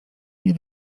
nie